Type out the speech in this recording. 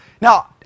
now